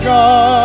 God